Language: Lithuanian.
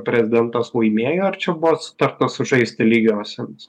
prezidentas laimėjo ar čia buvo sutarta sužaisti lygiosiomis